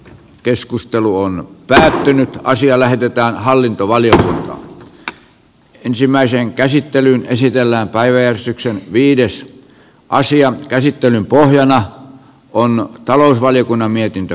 keskustelu on pysähtynyt naisia lähetetään hallintovalita ensimmäiseen käsittelyyn esitellään päivystyksen viidessä asian käsittelyn pohjana on talousvaliokunnan mietintö